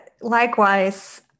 likewise